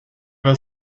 were